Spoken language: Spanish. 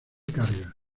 cargas